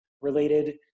related